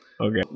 Okay